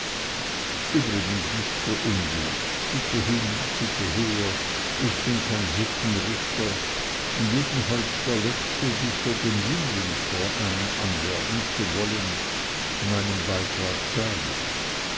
übrigens nichts für ungut sitte hin sitte her ich bin kein sittenrichter und jedenfalls der letzte dich für den jünglingsverein anwerben zu wollen meinen beitrag zahl ich